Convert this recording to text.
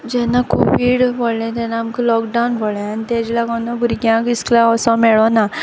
जेन्ना कोवीड पोडलें तेन्ना आमक लॉकडावन पोडलें आनी तेज लागोन न्हू भुरग्यांक इस्कलाक ओसों मेळ्ळोना